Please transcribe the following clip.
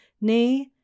nay